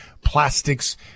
plastics